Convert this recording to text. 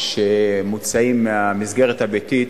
המוצאים מהמסגרת הביתית,